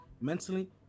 mentally